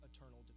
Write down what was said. eternal